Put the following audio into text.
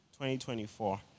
2024